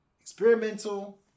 Experimental